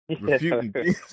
refuting